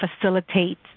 facilitate